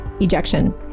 ejection